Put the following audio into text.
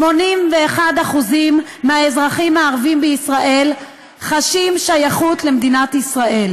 81% מהאזרחים הערבים בישראל חשים שייכות למדינת ישראל,